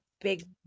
big